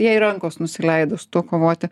jai rankos nusileido su tuo kovoti